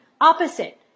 opposite